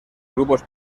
grupos